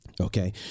Okay